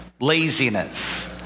laziness